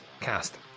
cast